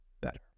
better